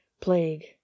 plague